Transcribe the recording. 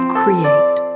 create